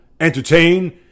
entertain